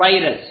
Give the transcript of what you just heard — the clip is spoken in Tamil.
ஸ்பைரல்ஸ்